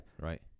right